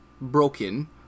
broken